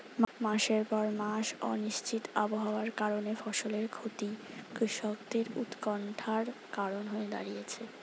মাসের পর মাস অনিশ্চিত আবহাওয়ার কারণে ফসলের ক্ষতি কৃষকদের উৎকন্ঠার কারণ হয়ে দাঁড়িয়েছে